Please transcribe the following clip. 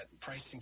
pricing